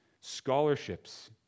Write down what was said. scholarships